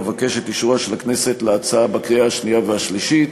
ואבקש את אישורה של הכנסת להצעה בקריאה השנייה והשלישית.